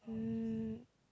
um